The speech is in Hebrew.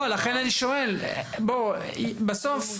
בסוף,